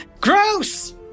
gross